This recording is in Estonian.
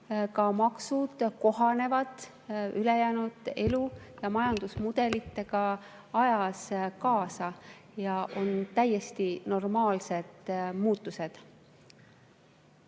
ka maksud kohanevad ülejäänud elu ja majandusmudelitega ajas ja need on täiesti normaalsed muutused.